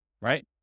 right